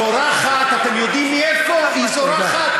השמש זורחת, אתם יודעים מאיפה היא זורחת?